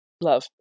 love